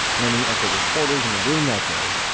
many of the reporters in the room that day,